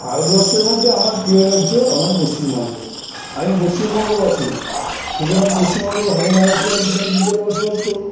ভারতবর্ষের মধ্যে আমার প্রিয় রাজ্য আমার পশ্চিমবঙ্গ আমি পশ্চিমবঙ্গবাসী সুতরাং পশ্চিমবঙ্গকে ভালো না বাসলে আমি সেখানে কী করে বসবাস করবো